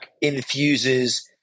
infuses